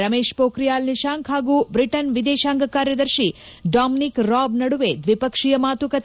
ರಮೇಶ್ ಪೋಖ್ರಿಯಾಲ್ ನಿಶಾಂಕ್ ಹಾಗೂ ಬ್ರಿಟನ್ ವಿದೇಶಾಂಗ ಕಾರ್ಯದರ್ಶಿ ಡೊಮಿನಿಕ್ ರಾಬ್ ನಡುವೆ ದ್ವಿ ಪಕ್ಷೀಯ ಮಾತುಕತೆ